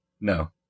No